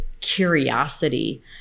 curiosity